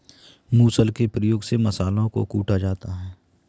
मुसल के प्रयोग से मसालों को कूटा जाता है